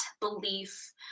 belief